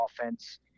offense